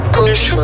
push